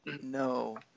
No